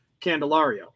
Candelario